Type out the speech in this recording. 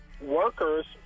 workers